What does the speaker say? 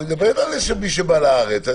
אני מדבר על מי שבא לארץ.